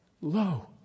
Lo